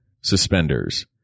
suspenders